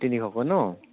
তিনিশকৈ ন